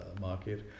market